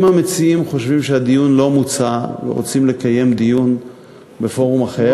אם המציעים חושבים שהדיון לא מוצה ורוצים לקיים דיון בפורום אחר,